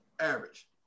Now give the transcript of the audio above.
Average